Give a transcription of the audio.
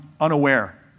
unaware